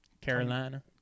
Carolina